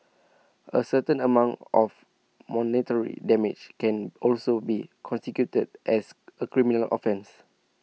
A certain amount of monetary damage can also be constituted as A criminal offence